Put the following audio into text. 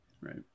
right